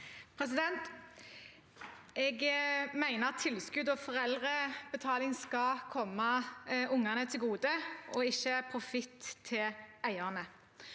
Jeg mener at tilskudd og foreldrebetaling skal komme ungene til gode og ikke gå til profitt til eierne.